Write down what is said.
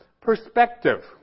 perspective